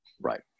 Right